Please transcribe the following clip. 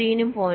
3 നും 0